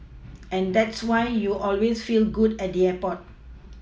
and that's why you always feel good at the airport